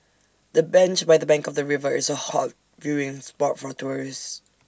the bench by the bank of the river is A hot viewing spot for tourists